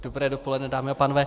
Dobré dopoledne, dámy a pánové.